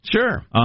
Sure